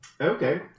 okay